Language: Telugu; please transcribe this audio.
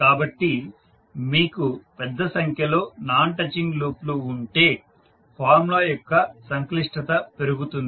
కాబట్టి మీకు పెద్ద సంఖ్యలో నాన్ టచింగ్ లూప్లు ఉంటే ఫార్ములా యొక్క సంక్లిష్టత పెరుగుతుంది